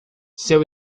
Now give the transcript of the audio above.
seu